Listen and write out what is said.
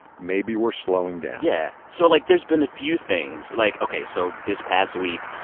maybe we're slowing down yeah. so like, there's been a few things. like, ok, so this past week,